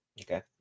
Okay